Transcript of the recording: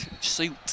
suit